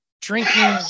drinking